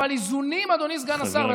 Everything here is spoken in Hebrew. אבל איזונים, אדוני סגן השר.